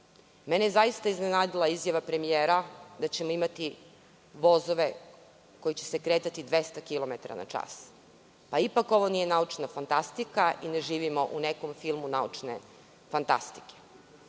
me je iznenadila izjava premijera da ćemo imati vozove koji će se kretati 200 kilometara na čas. Ipak ovo nije naučna fantastika i ne živimo u nekom filmu naučne fantastike. Stanje